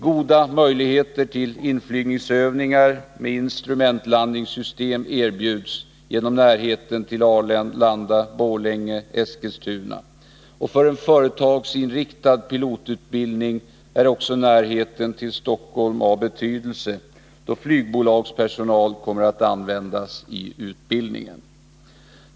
Goda möjligheter till inflygningsövningar med instrumentlandningssystem erbjuds genom närheten till Arlanda, Borlänge och Eskilstuna. För en företagsinriktad pilotutbildning är också närheten till Stockholm av betydelse, då flygbolagspersonal kommer att användas i utbildningen.